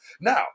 Now